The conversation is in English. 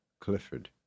Clifford